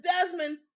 Desmond